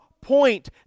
point